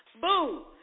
Boo